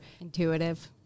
intuitive